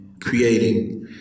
creating